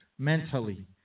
Mentally